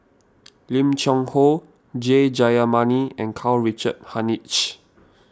Lim Cheng Hoe K Jayamani and Karl Richard Hanitsch